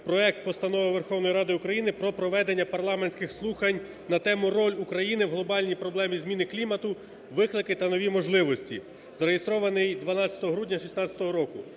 проект Постанови Верховної Ради України про проведення парламентських слухань на тему: "Роль України в глобальній проблемі змін клімату - виклики та нові можливості" (зареєстрований 12 грудня 2016 року).